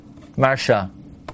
Marsha